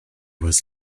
was